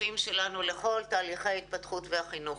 שותפים שלנו לכל תהליכי ההתפתחות והחינוך.